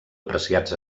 apreciats